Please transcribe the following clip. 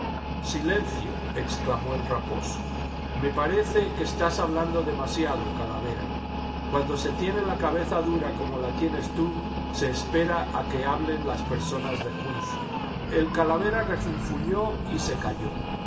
jsilencioi exclamó el raposo me parece que estás hablando demasiado calavera cuando se tiene la cabeza dura como la tienes tú se espera a que hablen las personas de juicio el calavera refunfuñó y se calló